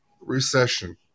recession